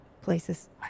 places